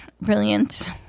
brilliant